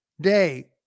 Day